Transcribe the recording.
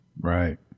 Right